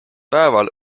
päeval